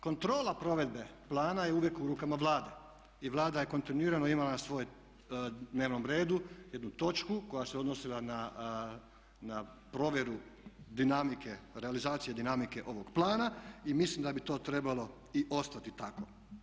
Kontrola provedbe plana je uvijek u rukama Vlade i vlada je kontinuirano imala na svom dnevnom redu jednu točku koja se odnosila na provjeru dinamike, realizacije dinamike ovog plana i mislim da bi to trebalo i ostati tako.